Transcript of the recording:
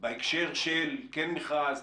בהקשר של כן מכרז,